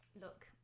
Look